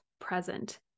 present